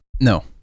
no